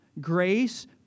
grace